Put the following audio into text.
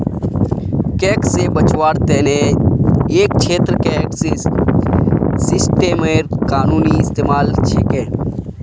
tax से बचवार तने एक छेत्रत टैक्स सिस्टमेर कानूनी इस्तेमाल छिके